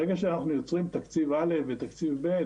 ברגע שאנחנו יוצרים תקציב אל"ף ותקציב בי"ת,